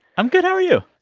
i'm good. how are you?